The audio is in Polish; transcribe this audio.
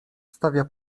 stawia